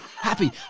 Happy